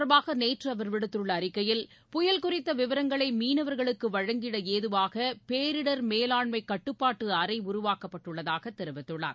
தொடர்பாகநேற்றுஅவர் விடுத்துள்ளஅறிக்கையில் இது புயல் குறித்தவிவரங்களைமீனவர்களுக்குவழங்கிடஏதுவாகபேரிடர் மேலாண்மைகட்டுப்பாட்டுஅறைஉருவாக்கப்பட்டுள்ளதாகதெரிவித்துள்ளார்